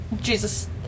Jesus